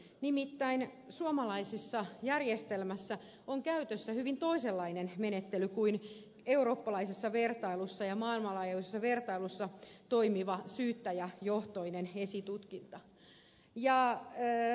nimittäin suomalaisessa järjestelmässä on käytössä hyvin toisenlainen menettely kuin eurooppalaisessa ja maailmanlaajuisessa vertailussa toimiva syyttäjäjohtoinen esitutkinta